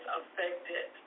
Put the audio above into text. affected